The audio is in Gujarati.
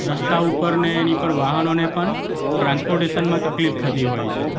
રસ્તા ઉપર ને એની ઉપર વાહનોને પણ ટ્રાન્સપોટેશનમાં તકલીફ થતી હોય છે